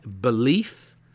belief